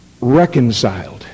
reconciled